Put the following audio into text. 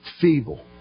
Feeble